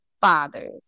fathers